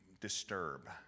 disturb